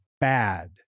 bad